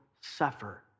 suffer